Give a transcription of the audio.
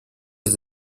aux